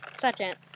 second